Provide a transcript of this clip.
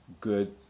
good